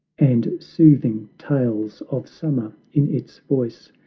and soothing tales of summer in its voice,